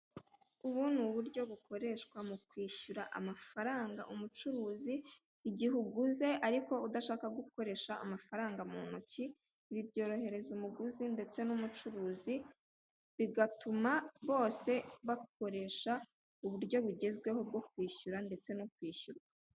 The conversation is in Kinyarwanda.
Ubu ni uburyo bukoreshwa mu kwishyura amafaranga umucuruzi igihe uguze ariko udashaka gukoresha amafaranga mu ntoki, ibi byorohereza umuguzi ndetse n'umucuruzi bigatuma bose bakoresha uburyo bugezweho bwo kwishyura ndetse no kwishyurwa.